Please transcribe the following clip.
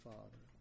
Father